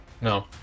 No